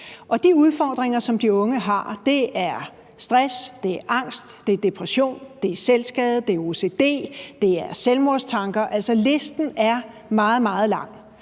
De udfordringer, som de unge har, er stress, det er angst, det er depression, det er selvskade, det er ocd, og det er selvmordstanker – listen er altså meget, meget lang.